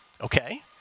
okay